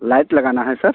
light लगानी है sir